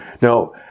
Now